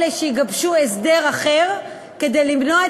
תבינו,